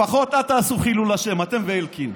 לפחות אל תעשו חילול השם, אתם ואלקין.